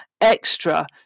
extra